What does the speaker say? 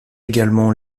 également